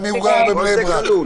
כולם בפנים כי זה שירות חיוני.